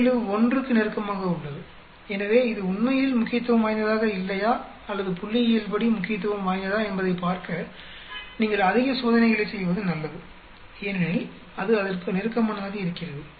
71 க்கு நெருக்கமாக உள்ளது எனவே இது உண்மையில் முக்கியத்துவம் வாய்ந்ததாக இல்லையா அல்லது புள்ளியியல்படி முக்கியத்துவம் வாய்ந்ததா என்பதைப் பார்க்க நீங்கள் அதிக சோதனைகளைச் செய்வது நல்லது ஏனெனில் அது அதற்கு நெருக்கமானதாக இருக்கிறது